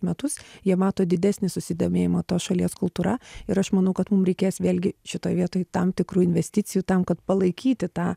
metus jie mato didesnį susidomėjimą tos šalies kultūra ir aš manau kad mum reikės vėlgi šitoj vietoj tam tikrų investicijų tam kad palaikyti tą